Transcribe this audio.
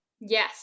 yes